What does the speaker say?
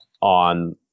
on